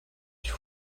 ich